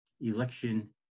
election